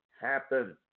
happen